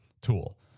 tool